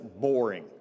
boring